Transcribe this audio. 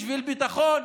בשביל ביטחון,